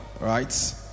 right